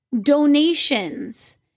donations